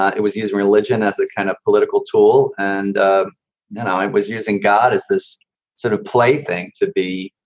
ah it was use religion as a kind of political tool. and ah and um it was using god as this sort of plaything to be,